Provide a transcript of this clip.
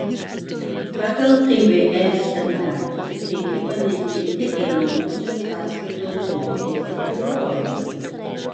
pagal tvf standartus reikia panaikinti einamosios sąskaitos zlotais apribojimus